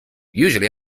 usually